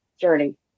journey